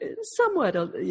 somewhat